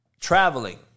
traveling